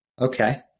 Okay